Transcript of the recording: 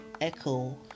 Echo